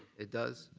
it does?